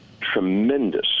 tremendous